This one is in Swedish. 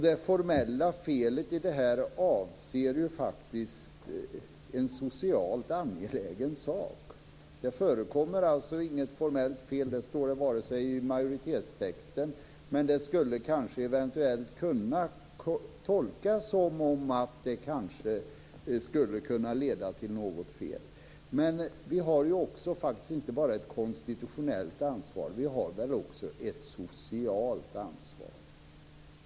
Det formella felet avser faktiskt en socialt angelägen sak. Det förekommer alltså inget formellt fel. Det står inte ens i majoritetstexten. Men det skulle eventuellt kunna tolkas som om det kanske skulle kunna leda till något fel. Men vi har faktiskt inte bara ett konstitutionellt ansvar. Vi har väl också ett socialt ansvar.